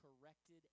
corrected